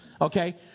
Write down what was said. okay